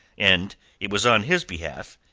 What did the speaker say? and it was on his behalf,